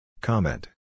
Comment